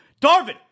Darvin